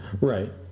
Right